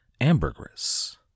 ambergris